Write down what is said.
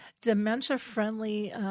dementia-friendly